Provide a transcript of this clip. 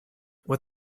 what